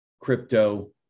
crypto